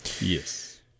Yes